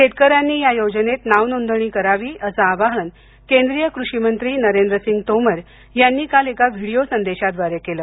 शेतकऱ्यानी या योजनेत नावनोंदणी करावी असं आवाहन केंद्रीय कृषी मंत्री नरेंद्रसिंग तोमर यांनी काल एका व्हिडिओ संदेशाद्वारे केलं